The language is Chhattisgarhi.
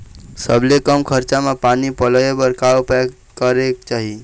सबले कम खरचा मा पानी पलोए बर का उपाय करेक चाही?